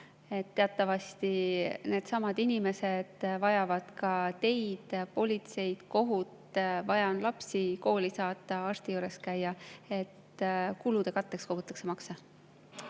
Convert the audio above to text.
vajavad needsamad inimesed ka teid, politseid, kohut, vaja on lapsi kooli saata, arsti juures käia. Kulude katteks kogutakse makse.